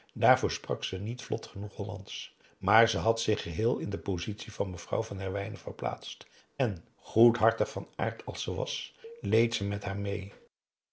daarvoor sprak ze niet vlot genoeg hollandsch maar ze had zich geheel in de positie van mevrouw van herwijnen verplaatst en goedhartig van aard als ze was leed ze met haar meê